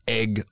egg